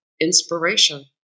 inspiration